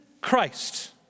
Christ